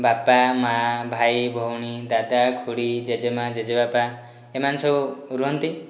ବାପା ମାଆ ଭାଇ ଭଉଣୀ ଦାଦା ଖୁଡ଼ୀ ଜେଜେ ମାଆ ଜେଜେ ବାପା ଏମାନେ ସବୁ ରହନ୍ତି